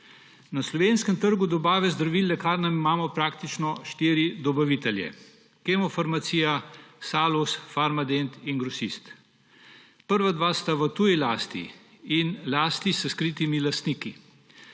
Na slovenskem trgu dobave zdravil lekarnam imamo praktično štiri dobavitelje: Kemofarmacijo, Salus, Farmadent in Grosista. Prva dva sta v tuji lasti in lasti s skritimi lastniki.